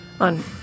On